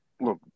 look